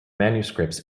manuscripts